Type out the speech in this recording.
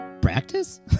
practice